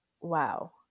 wow